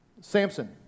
Samson